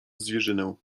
zwierzynę